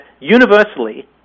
universally